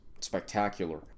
spectacular